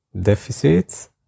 deficits